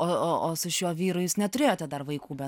o su šiuo vyrais jūs neturėjote dar vaikų